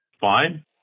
Fine